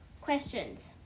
Questions